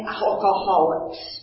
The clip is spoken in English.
alcoholics